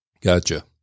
Gotcha